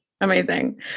Amazing